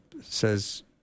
says